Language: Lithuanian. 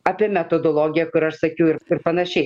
apie metodologiją kur aš sakiau ir ir panašiai